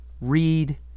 read